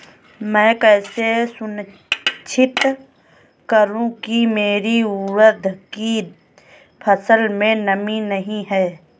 मैं कैसे सुनिश्चित करूँ की मेरी उड़द की फसल में नमी नहीं है?